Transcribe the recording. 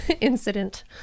incident